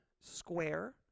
square